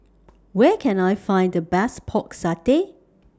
Where Can I Find The Best Pork Satay